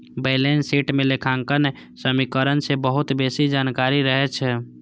balance sheet मे लेखांकन समीकरण सं बहुत बेसी जानकारी रहै छै